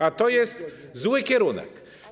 A to jest zły kierunek.